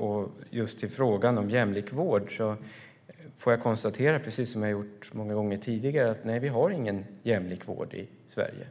När det gäller frågan om jämlik vård kan jag konstatera, precis som jag har gjort många gånger tidigare, att vi inte har någon jämlik vård i Sverige.